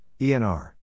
ENR